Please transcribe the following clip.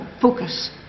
focus